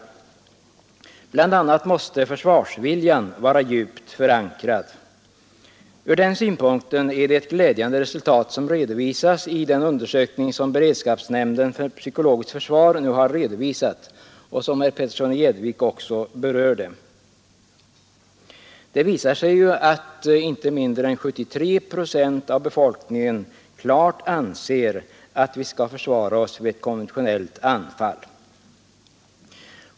Bl. a. måste försvarsviljan vara djupt förankrad. Från denna synpunkt är det ett glädjande resultat som återfinns i den undersökning som beredskapsnämnden för psykologiskt försvar nu har redovisat och som herr Petersson i Gäddvik också berört. Undersökningen visar att inte mindre än 73 procent av befolkningen anser att vi skall försvara oss vid ett konventionellt anfall.